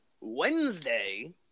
Wednesday